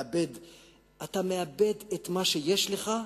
אתה מאבד את מה שיש לך.